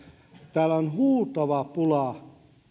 täällä on huutava pula